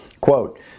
Quote